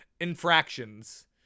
infractions